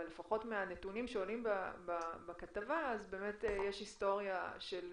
אבל לפחות מהנתונים שעולים מהכתבה יש היסטוריה של